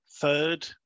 third